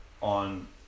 on